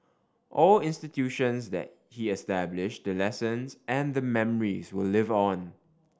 all institutions that he established the lessons and the memories will live on